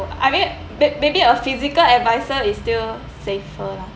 I mean may~ maybe a physical advisor is still safer lah